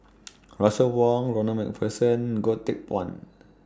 Russel Wong Ronald MacPherson Goh Teck Phuan